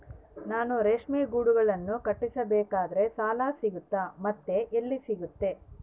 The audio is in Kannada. ನಾನು ರೇಷ್ಮೆ ಗೂಡನ್ನು ಕಟ್ಟಿಸ್ಬೇಕಂದ್ರೆ ಸಾಲ ಸಿಗುತ್ತಾ ಮತ್ತೆ ಎಲ್ಲಿ ಸಿಗುತ್ತೆ?